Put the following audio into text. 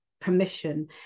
permission